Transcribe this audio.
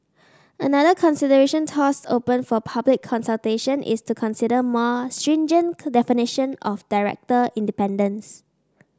another suggestion tossed open for public consultation is to consider a more stringent definition of director independence